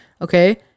okay